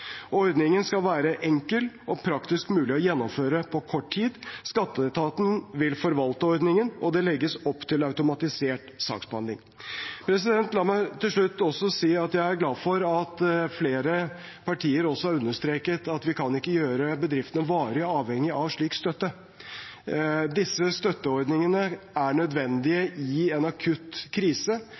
Ordningen skal være enkel og praktisk mulig å gjennomføre på kort tid. Skatteetaten vil forvalte ordningen, og det legges opp til automatisert saksbehandling. La meg til slutt si at jeg er glad for at flere partier også har understreket at vi kan ikke gjøre bedriftene varig avhengig av slik støtte. Disse støtteordningene er nødvendige i en akutt krise.